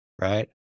right